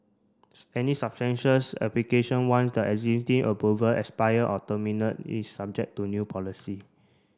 any application once the existing approval expire or terminate is subject to new policy